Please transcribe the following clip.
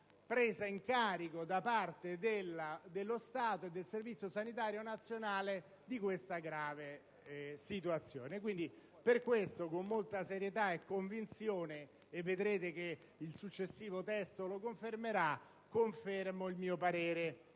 presa in carico da parte dello Stato e del Servizio sanitario nazionale di questa grave situazione. Per questo motivo, con molta serietà e convinzione (vedrete che il successivo testo lo confermerà), ribadisco il mio parere